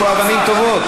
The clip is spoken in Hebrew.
יש פה אבנים טובות,